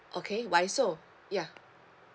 okay why so ya